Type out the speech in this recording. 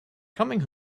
coming